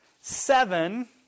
seven